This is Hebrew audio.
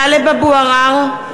(קוראת בשמות חברי הכנסת) טלב אבו עראר,